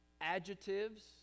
adjectives